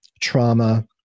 trauma